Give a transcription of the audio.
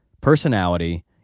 personality